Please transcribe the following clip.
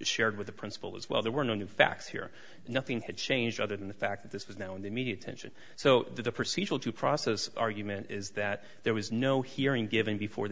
shared with the principal as well there were no new facts here nothing had changed other than the fact that this was now in the media attention so the procedural due process argument is that there was no hearing given before the